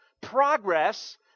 progress